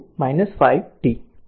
માટે એમ્પીયર